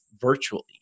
virtually